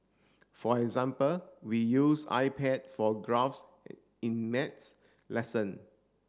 for example we use iPad for graphs in maths lesson